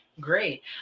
great